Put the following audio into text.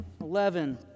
eleven